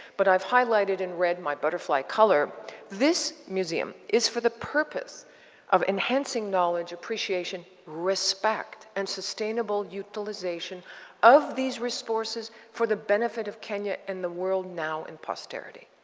but i've highlighted in red my butterfly color this museum is for the purpose of enhancing knowledge, appreciation, respect, and sustainable utilization of these resources for the benefit of kenya and the world now in posterity.